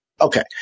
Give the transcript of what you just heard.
Okay